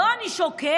לא אני שוקל,